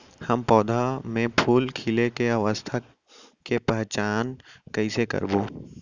हम पौधा मे फूल खिले के अवस्था के पहिचान कईसे करबो